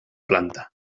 planta